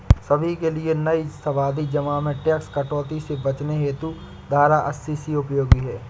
सभी के लिए नई सावधि जमा में टैक्स कटौती से बचने हेतु धारा अस्सी सी उपयोगी है